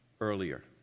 earlier